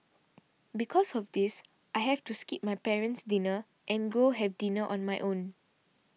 because of this I have to skip my parent's dinner and go have dinner on my own